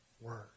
word